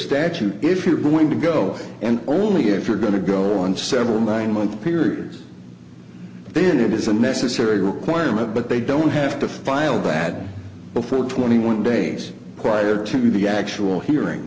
statute if you're going to go and only if you're going to go on several nine month periods then it is a necessary requirement but they don't have to file bad before twenty one days prior to the actual hearing